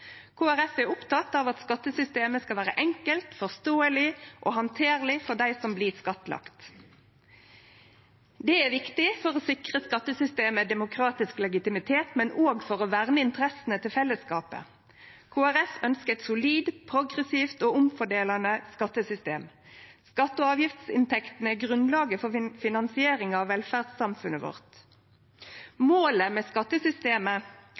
Folkeparti er opptatt av at skattesystemet skal vere enkelt, forståeleg og handterleg for dei som blir skattlagde. Det er viktig for å sikre skattesystemet demokratisk legitimitet, men òg for å verne interessene til fellesskapet. Kristeleg Folkeparti ønskjer eit solid, progressivt og omfordelande skattesystem. Skatte- og avgiftsinntektene er grunnlaget for finansiering av velferdssamfunnet vårt. Målet med skattesystemet